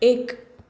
एक